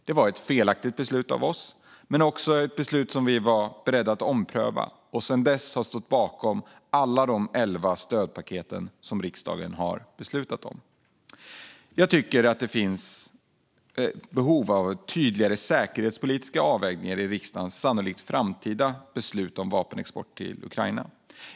Det var ett felaktigt beslut av oss men också ett beslut som vi var beredda att ompröva, och vi har sedan dess stått bakom alla de elva stödpaket som riksdagen har beslutat om. Jag tycker att det finns behov av tydligare säkerhetspolitiska avvägningar inför riksdagens sannolika framtida beslut om vapenexport till Ukraina.